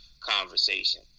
conversation